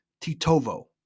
Titovo